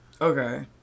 Okay